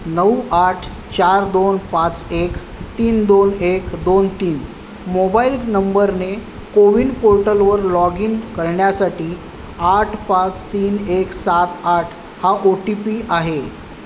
नऊ आठ चार दोन पाच एक तीन दोन एक दोन तीन मोबाईल नंबरने कोविन पोर्टलवर लॉग इन करण्यासाठी आठ पाच तीन एक सात आठ हा ओ टी पी आहे